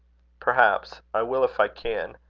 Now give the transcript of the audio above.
perhaps. i will, if i can.